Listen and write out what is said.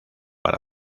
para